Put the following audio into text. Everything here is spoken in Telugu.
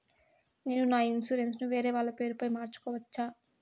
నేను నా ఇన్సూరెన్సు ను వేరేవాళ్ల పేరుపై మార్సుకోవచ్చా?